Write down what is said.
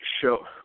show